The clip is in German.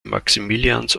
maximilians